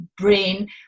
brain